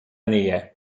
nähe